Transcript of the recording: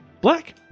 black